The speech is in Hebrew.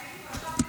הייתי פה.